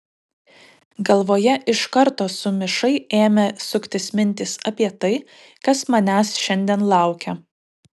galvoje iš karto sumišai ėmė suktis mintys apie tai kas manęs šiandien laukia